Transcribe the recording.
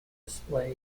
display